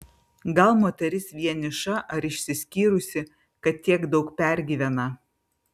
gal moteris vieniša ar išsiskyrusi kad tiek daug pergyvena